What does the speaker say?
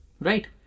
Right